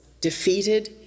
defeated